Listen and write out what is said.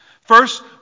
First